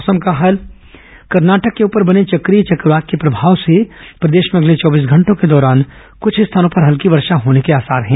मौसम कर्नाटक के ऊपर बने चक्रीय चक्रवात के प्रभाव से प्रदेश में अगले चौबीस घंटों के दौरान कुछ स्थानों पर हल्की वर्षा होने के आसार हैं